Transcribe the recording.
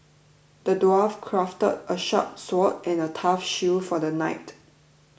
the dwarf crafted a sharp sword and a tough shield for the knight